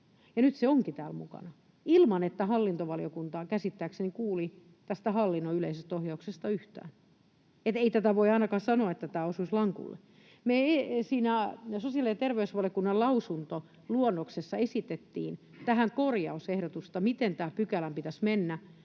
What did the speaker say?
nyt se onkin täällä mukana, ilman että hallintovaliokunta käsittääkseni kuuli tästä hallinnon yleisestä ohjauksesta yhtään. Että ei tästä voi ainakaan sanoa, että tämä osuisi lankulle. Me siinä sosiaali- ja terveysvaliokunnan lausuntoluonnoksessa esitettiin tähän korjausehdotusta, miten tämän pykälän pitäisi mennä,